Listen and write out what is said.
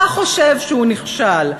אתה חושב שהוא נכשל,